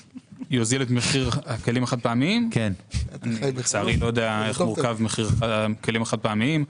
בכמה זה יוזיל את מחיר הכלים החד-פעמיים?